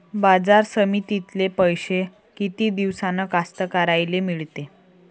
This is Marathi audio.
बाजार समितीतले पैशे किती दिवसानं कास्तकाराइले मिळते?